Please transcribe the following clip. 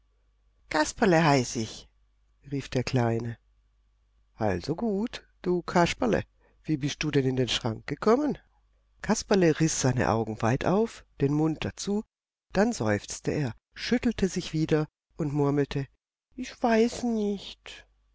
kasperle heiß ich rief der kleine also gut du kasperle wie bist du in den schrank gekommen kasperle riß seine augen weit auf den mund dazu dann seufzte er schüttelte sich wieder und murmelte ich weiß nicht